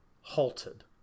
halted